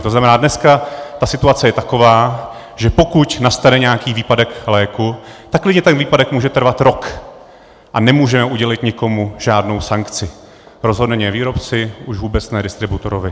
To znamená, dneska je ta situace taková, že pokud nastane nějaký výpadek léku, tak ten výpadek klidně může trvat rok a nemůžeme udělit nikomu žádnou sankci, rozhodně ne výrobci, už vůbec ne distributorovi.